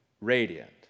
radiant